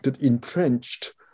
entrenched